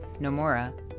Nomura